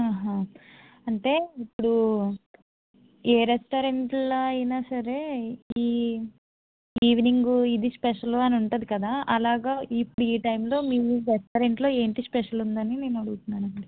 అంటే ఇప్పుడు ఏ రెస్టారెంటులలో అయినా సరే ఈ ఈవినింగు ఇది స్పెషలు అని ఉంటుంది కదా అలాగా ఇప్పుడు ఈ టైంలో మీ రెస్టారెంట్లో ఏంటి స్పెషల్ ఉందని నేను అడుగుతున్నాను అండి